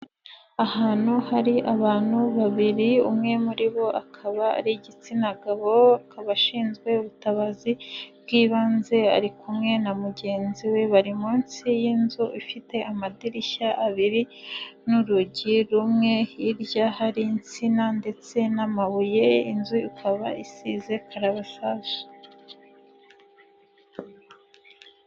Ahantu hari abantu babiri, umwe muri bo akaba ari igitsina gabo, akaba ashinzwe ubutabazi bw'ibanze ari kumwe na mugenzi we, bari munsi y'inzu ifite amadirishya abiri n'urugi rumwe, hirya hari insina ndetse n'amabuye inzu ikaba isize karabasasu.